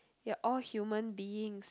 we are all human beings